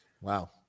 Wow